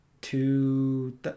two